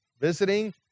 visiting